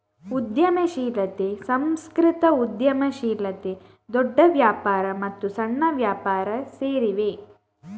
ಉದ್ಯಮಶೀಲತೆ, ಸಾಂಸ್ಕೃತಿಕ ಉದ್ಯಮಶೀಲತೆ, ದೊಡ್ಡ ವ್ಯಾಪಾರ ಮತ್ತು ಸಣ್ಣ ವ್ಯಾಪಾರ ಸೇರಿವೆ